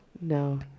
No